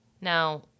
Now